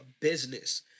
business